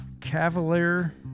Cavalier